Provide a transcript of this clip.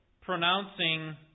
pronouncing